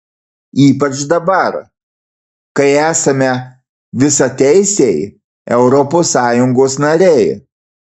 ypač dabar kai esame visateisiai europos sąjungos nariai